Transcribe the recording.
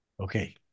Okay